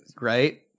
right